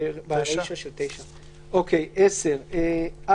ברישא של סעיף 9. עתירה על החלטה בהשגה 10. על